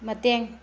ꯃꯇꯦꯡ